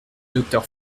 docteur